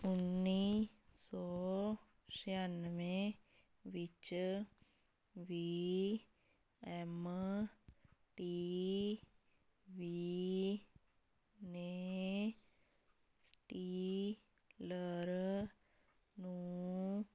ਉੱਨੀ ਸੌ ਛਿਆਨਵੇਂ ਵਿੱਚ ਵੀ ਐੱਮ ਟੀ ਵੀ ਨੇ ਸਟੀਲਰ ਨੂੰ